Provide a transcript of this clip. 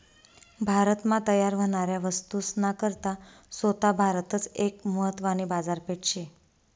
भारत मा तयार व्हनाऱ्या वस्तूस ना करता सोता भारतच एक महत्वानी बाजारपेठ शे